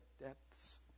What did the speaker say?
depths